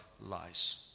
lies